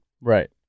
Right